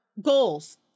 goals